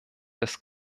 das